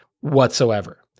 whatsoever